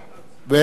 בבקשה,